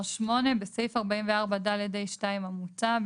7. בסעיף 44(ה)(1) המוצע,